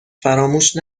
فراموش